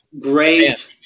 great